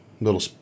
Little